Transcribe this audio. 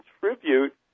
contribute